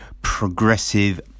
progressive